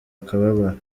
akababaro